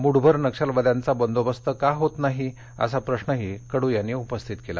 मूठभर नक्षलवाद्यांचा बंदोबस्त का होत नाही असा प्रश्नही कडू यांनी उपस्थित केला